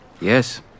Yes